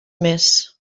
més